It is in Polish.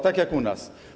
Tak jak u nas.